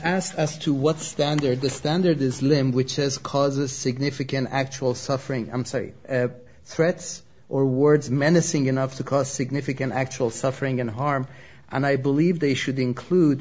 asked as to what standard the standard is limb which says cause a significant actual suffering i'm sorry threats or words menacing enough to cause significant actual suffering and harm and i believe they should include